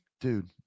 dude